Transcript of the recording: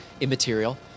immaterial